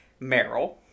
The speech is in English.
Meryl